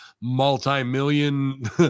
multi-million